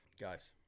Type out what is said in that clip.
Guys